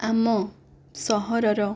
ଆମ ସହରର